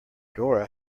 dora